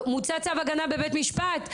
מוצא צו הגנה בבית משפט,